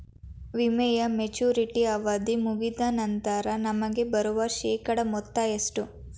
ವಿಮೆಯ ಮೆಚುರಿಟಿ ಅವಧಿ ಮುಗಿದ ನಂತರ ನಮಗೆ ಬರುವ ಶೇಕಡಾ ಮೊತ್ತ ಎಷ್ಟು?